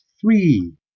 three